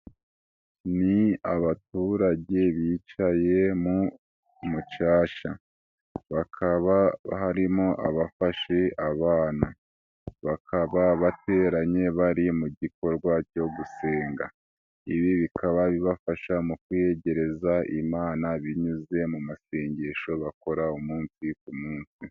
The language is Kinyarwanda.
Ni abaturage bicaye mu mucasha, bakaba harimo abafashe abana, bakaba bateranye bari mu gikorwa cyo gusenga. Ibi bikaba bibafasha mu kwiyegereza imana binyuze mu masengesho bakora umunsi ku munsi.